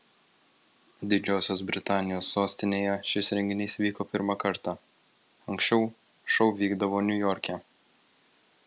didžiosios britanijos sostinėje šis renginys vyko pirmą kartą anksčiau šou vykdavo niujorke